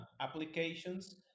applications